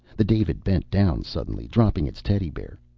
the david bent down suddenly, dropping its teddy bear.